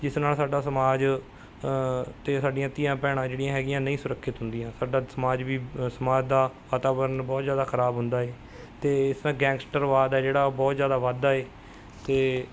ਜਿਸ ਨਾਲ ਸਾਡਾ ਸਮਾਜ ਅਤੇ ਸਾਡੀਆਂ ਧੀਆਂ ਭੈਣਾਂ ਜਿਹੜੀਆਂ ਹੈਗੀਆਂ ਨਹੀਂ ਸੁਰੱਖਿਅਤ ਹੁੰਦੀਆਂ ਸਾਡਾ ਸਮਾਜ ਵੀ ਸਮਾਜ ਦਾ ਵਾਤਾਵਰਨ ਬਹੁਤ ਜ਼ਿਆਦਾ ਖਰਾਬ ਹੁੰਦਾ ਏ ਅਤੇ ਗੈਂਗਸਟਰਵਾਦ ਹੈ ਜਿਹੜਾ ਉਹ ਬਹੁਤ ਜ਼ਿਆਦਾ ਵੱਧਦਾ ਏ ਅਤੇ